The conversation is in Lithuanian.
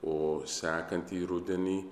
o sekantį rudenį